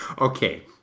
Okay